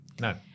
No